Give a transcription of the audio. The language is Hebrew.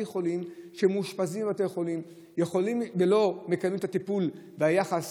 חולים שמאושפזים בבתי החולים ולא מקבלים את הטיפול ואת היחס